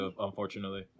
unfortunately